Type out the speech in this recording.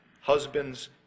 husbands